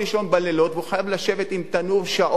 בלילות והוא חייב לשבת עם תנור שעות.